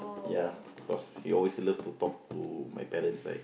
ya cause he always love to talk to my parents right